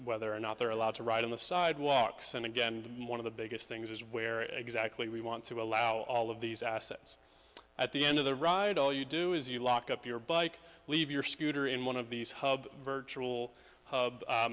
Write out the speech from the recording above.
whether or not they're allowed to ride on the sidewalks and again one of the biggest things is where exactly we want to allow all of these assets at the end of the ride all you do is you lock up your bike leave your scooter in one of these hub virtual